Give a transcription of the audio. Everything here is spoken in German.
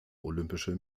olympische